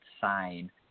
sign